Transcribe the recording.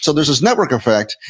so there's this network effect,